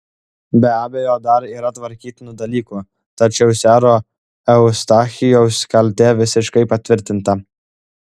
be abejo dar yra tvarkytinų dalykų tačiau sero eustachijaus kaltė visiškai patvirtinta